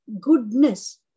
goodness